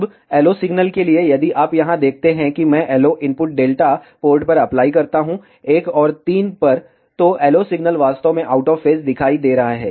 अब LO signal के लिए यदि आप यहाँ देखते हैं कि मैं LO इनपुट डेल्टा पोर्ट पर अप्लाई करता हूं एक और तीन पर तो LO सिग्नल वास्तव में आउट ऑफ फेज दिखाई दे रहा है